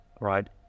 right